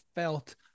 Felt